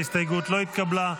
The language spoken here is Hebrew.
ההסתייגות לא התקבלה.